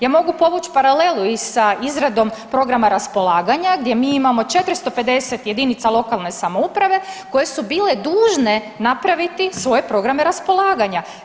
Ja mogu povući paralelu i sa izradom programa raspolaganja gdje mi imamo 450 jedinica lokalne samouprave koje su bile dužne napraviti svoje programe raspolaganja.